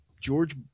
george